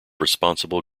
responsible